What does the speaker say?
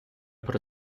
про